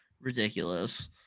ridiculous